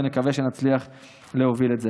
ונקווה שנצליח להוביל את זה.